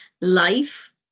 life